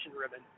ribbon